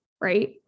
right